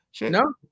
No